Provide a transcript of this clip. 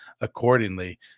accordingly